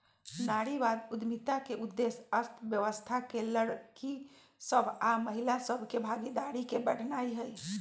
नारीवाद उद्यमिता के उद्देश्य अर्थव्यवस्था में लइरकि सभ आऽ महिला सभ के भागीदारी के बढ़ेनाइ हइ